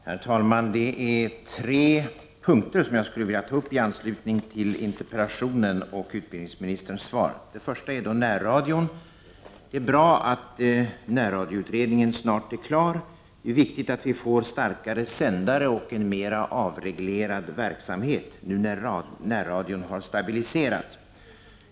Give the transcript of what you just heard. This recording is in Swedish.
Herr talman! Det är tre punkter som jag skulle vilja ta upp i anslutning till interpellationen och utbildningsministerns svar. Den första punkten gäller närradion. Det är bra att närradioutredningen snart är klar. Det är viktigt att vi får starkare sändare och en mer avreglerad verksamhet nu när närradion har stabiliserats.